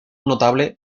notable